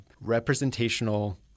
representational